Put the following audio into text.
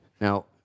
Now